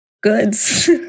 goods